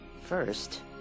First